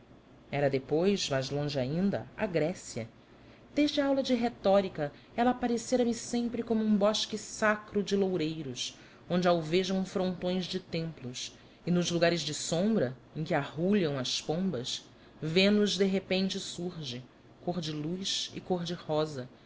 era depois mais longe ainda a grécia desde a aula de retórica ela aparecera me sempre como um bosque sacro de loureiros onde alvejam frontões de templos e nos lugares de sombra em que arrulham as pombas vênus de repente surge cor de luz e cor-de-rosa